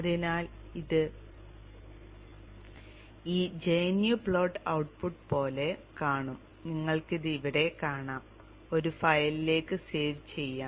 അതിനാൽ നിങ്ങൾ ഇത് ഈ gnu പ്ലോട്ട് ഔട്ട്പുട്ട് പോലെ കാണും നിങ്ങൾക്കിത് ഇവിടെ കാണാം ഒരു ഫയലിലേക്ക് സേവ് ചെയ്യാം